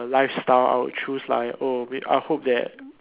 lifestyle I would choose like oh I mean I would hope that